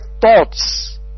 thoughts